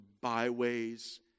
byways